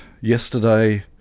yesterday